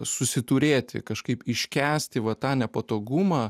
susiturėti kažkaip iškęsti va tą nepatogumą